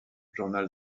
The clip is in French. journal